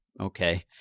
okay